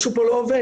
משהו פה לא עובד,